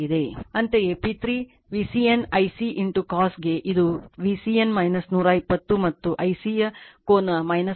ಅಂತೆಯೇ P 3 VCN Ic cos ಗೆ ಇದು VCN 120 ಮತ್ತು Icಯ ಕೋನ 66